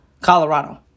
Colorado